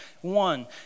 One